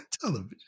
television